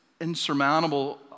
insurmountable